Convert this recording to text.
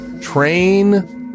train